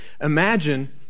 Imagine